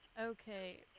Okay